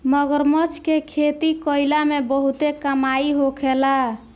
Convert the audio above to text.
मगरमच्छ के खेती कईला में बहुते कमाई होखेला